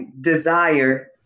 desire